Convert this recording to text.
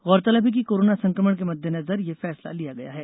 गौरतलब है कि कोरोना संकमण के मददेनजर यह फैसला लिया गया है